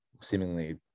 seemingly